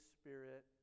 Spirit